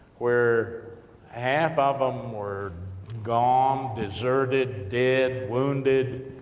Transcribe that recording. where half of um were gone, deserted, dead, wounded,